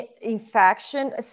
infection